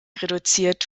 reduziert